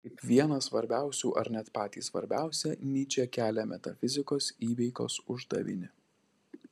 kaip vieną svarbiausių ar net patį svarbiausią nyčė kelia metafizikos įveikos uždavinį